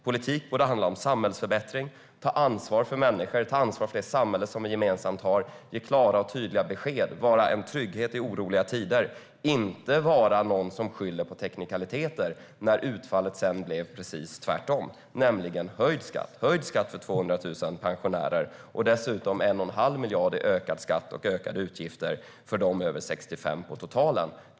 Politik borde handla om samhällsförbättring, om att ta ansvar för människor, ta ansvar för det gemensamma samhället, ge klara och tydliga besked samt vara en trygghet i oroliga tider. Man bör inte vara någon som skyller på teknikaliteter när utfallet blev precis tvärtom, nämligen höjd skatt för 200 000 pensionärer. Dessutom är det fråga om 1 1⁄2 miljard i ökad skatt och ökade utgifter för dem över 65.